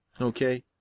okay